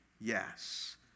yes